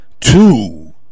two